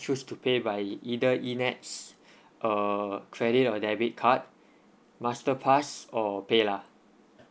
choose to pay by either E NETS or credit or debit card masterpass or PayLah